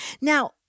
Now